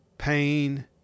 pain